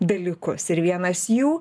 dalykus ir vienas jų